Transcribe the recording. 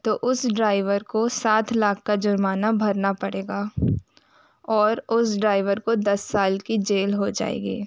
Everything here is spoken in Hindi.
तो उस ड्राइवर को सात लाख का जुर्माना भरना पडे़गा और उस ड्राइवर को दस साल की जेल हो जाएगी